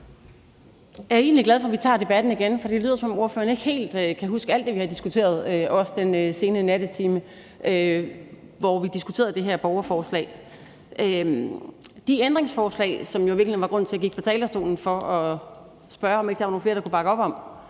Jeg er egentlig glad for, at vi tager debatten igen, for det lyder, som om ordføreren ikke helt kan huske alt det, vi har diskuteret, også i den sene nattetime, hvor vi diskuterede det her borgerforslag. De ændringsforslag, som i virkeligheden var grunden til, at jeg gik på talerstolen, for at spørge, om der ikke var nogle flere, der kunne bakke op om